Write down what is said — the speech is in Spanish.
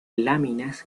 láminas